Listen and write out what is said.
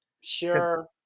Sure